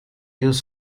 use